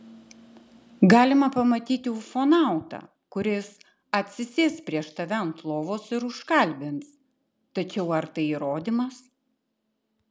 galima pamatyti ufonautą kuris atsisės prieš tave ant lovos ir užkalbins tačiau ar tai įrodymas